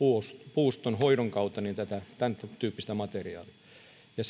puustonhoidon kautta tätä tämäntyyppistä materiaalia ja